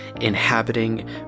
inhabiting